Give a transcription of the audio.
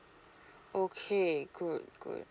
okay good good